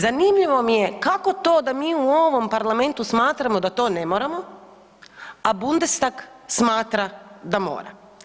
Zanimljivo mi je kako to da mi u ovom parlamentu smatramo da to ne moramo, a Bundestag smatra da mora?